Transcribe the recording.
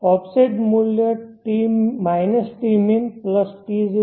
offset મૂલ્ય tmin T02